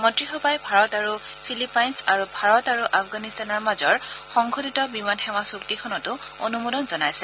মন্ত্ৰীমণ্ডলে ভাৰত আৰু ফিলিপাইনছ আৰু ভাৰত আৰু আফগানিস্তানৰ মাজৰ সংশোধিত বিমানসেৱা চুক্তিখনতো অনুমোদন জনাইছে